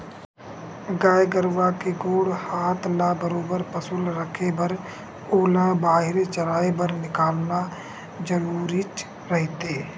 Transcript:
गाय गरुवा के गोड़ हात ल बरोबर पसुल रखे बर ओला बाहिर चराए बर निकालना जरुरीच रहिथे